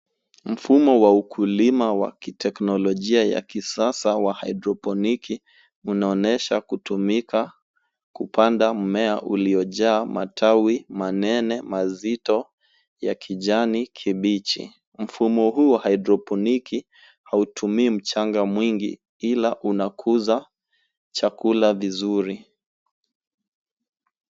Mfumo wa ukulima wa kiteknolojia ya kisasa wa haidroponiki unaonyesha kutumika kupanda mmea uliojaa matawi manene mazito ya kijani kibichi. Mfumo huu wa haidroponiki hautumii mchanga mwingi ila unakuza chakula vizuri.